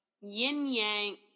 yin-yang